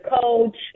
coach